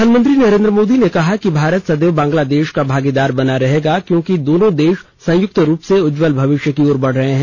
प्रधानमंत्री नरेन्द्र मोदी ने कहा कि भारत सदैव बांग्लादेश का भागीदार बना रहेगा क्योंकि दोनों देश संयुक्त रूप से उज्जवल भविष्य की ओर बढ़ रहे हैं